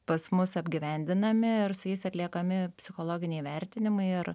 pas mus apgyvendinami ir su jais atliekami psichologiniai vertinimai ir